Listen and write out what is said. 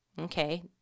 okay